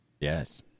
Yes